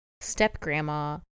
step-grandma